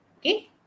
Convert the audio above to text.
Okay